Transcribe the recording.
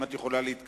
אם את יכולה להתקרב,